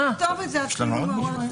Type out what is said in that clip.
אבל אם נכתוב את זה, אני לא יודעת מה זה יעורר.